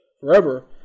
forever